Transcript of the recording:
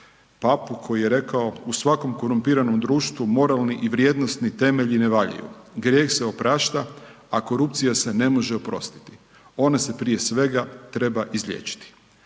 papu, koji je rekao, u svakom korumpiranom društvu, moralni i vrijednosni temelji ne valjaju, grijeh se oprašta, a korupcija se ne može oprostiti, ona se prije svega treba izliječiti.